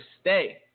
stay